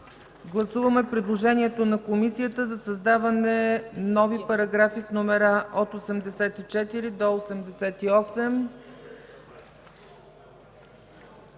Гласуваме предложението на Комисията за създаване на нови параграфи с номера 84 до 88,